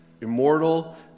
immortal